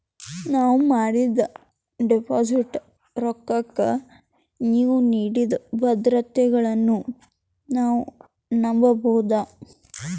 ನಾವು ಮಾಡಿದ ಡಿಪಾಜಿಟ್ ರೊಕ್ಕಕ್ಕ ನೀವು ನೀಡಿದ ಭದ್ರತೆಗಳನ್ನು ನಾವು ನಂಬಬಹುದಾ?